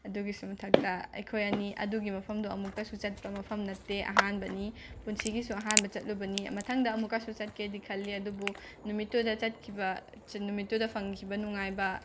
ꯑꯗꯨꯒꯤꯁꯨ ꯃꯊꯛꯇ ꯑꯩꯈꯣꯏ ꯑꯅꯤ ꯑꯗꯨꯒꯤ ꯃꯐꯝꯗꯣ ꯑꯃꯨꯛꯇꯁꯨ ꯆꯠꯄ ꯃꯐꯝ ꯅꯠꯇꯦ ꯑꯍꯥꯟꯕꯅꯤ ꯄꯨꯟꯁꯤꯒꯤꯁꯨ ꯑꯍꯥꯟꯕ ꯆꯠꯂꯨꯕꯅꯤ ꯃꯊꯪꯗ ꯑꯃꯨꯛꯀꯁꯨ ꯆꯠꯀꯦꯗꯤ ꯈꯜꯂꯤ ꯑꯗꯨꯕꯨ ꯅꯨꯃꯤꯠꯇꯨꯗ ꯆꯠꯈꯤꯕ ꯆꯤꯟ ꯅꯨꯃꯤꯠꯇꯨꯗ ꯐꯪꯈꯤꯕ ꯅꯨꯡꯉꯥꯏꯕ